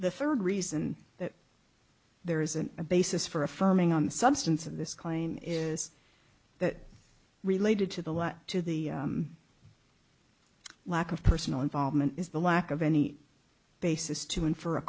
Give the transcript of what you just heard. third reason that there isn't a basis for affirming on the substance of this claim is that related to the letter to the lack of personal involvement is the lack of any basis to in for a